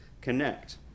connect